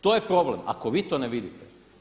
To je problem ako vi to ne vidite.